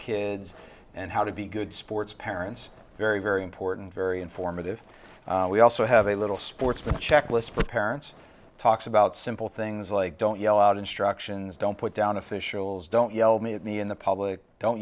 kids and how to be good sports parents very very important very informative we also have a little sports checklist but parents talks about simple things like don't yell out instructions don't put down officials don't yell me at me in the public don't